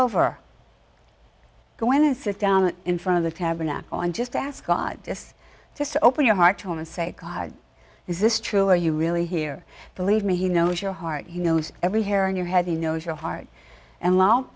over go in and sit down in front of the tabernacle and just ask god just just open your heart to him and say god is this true are you really here believe me he knows your heart you knows every hair on your head he knows your heart and lo